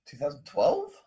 2012